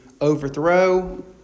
overthrow